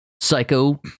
psycho